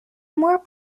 more